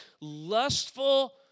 lustful